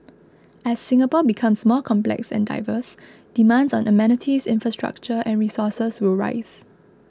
as Singapore becomes more complex and diverse demands on amenities infrastructure and resources will rise